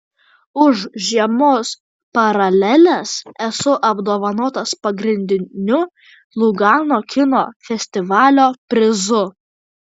už žiemos paraleles esu apdovanotas pagrindiniu lugano kino festivalio prizu